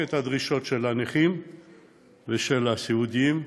את הדרישות של הנכים ושל הסיעודיים,